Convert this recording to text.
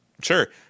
sure